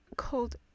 Called